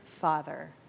father